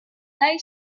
dai